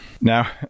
now